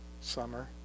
summer